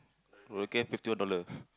roller care fifty dollar